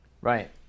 Right